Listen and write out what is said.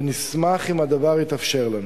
ונשמח אם הדבר יתאפשר לנו.